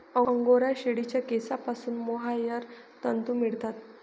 angora शेळीच्या केसांपासून mohair तंतू मिळतात